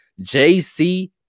JC